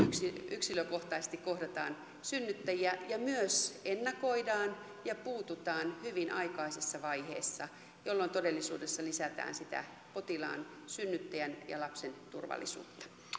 yksilökohtaisesti kohdataan synnyttäjiä ja myös ennakoidaan ja puututaan hyvin aikaisessa vaiheessa jolloin todellisuudessa lisätään sitä potilaan synnyttäjän ja lapsen turvallisuutta